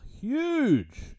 huge